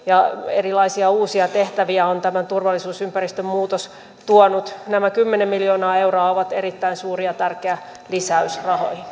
erilaisia uusia tehtäviä on tämä turvallisuusympäristön muutos tuonut tämä kymmenen miljoonaa euroa on erittäin suuri ja tärkeä lisäys